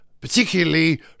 particularly